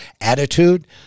attitude